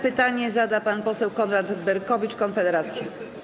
Pytanie zada pan poseł Konrad Berkowicz, Konfederacja.